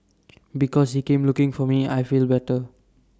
because he came looking for me I feel better